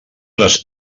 les